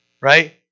right